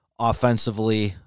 offensively